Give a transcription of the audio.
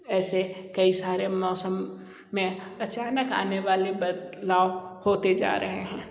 ऐसे कई सारे मौसम में अचानक आने वाले बदलाव होते जा रहे हैं